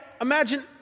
Imagine